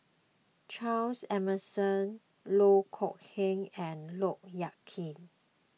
Charles Emmerson Loh Kok Heng and Look Yan Kit